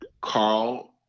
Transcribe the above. Carl